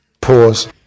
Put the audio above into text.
Pause